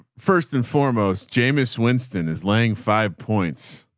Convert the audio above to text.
first and foremost, jamis winston is laying five points.